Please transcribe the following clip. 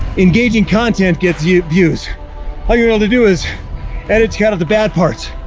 engaging content gets you views how you're able to do is edit kind of the bad parts.